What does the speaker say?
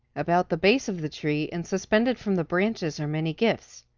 about the base of the tree, and suspended from the branches are many gifts.